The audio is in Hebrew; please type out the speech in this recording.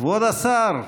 כבוד השר,